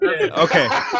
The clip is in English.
Okay